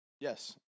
Yes